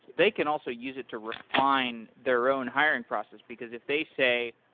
they can also use it to refine their own hiring process, because if they say,